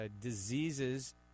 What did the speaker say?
diseases